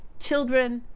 children,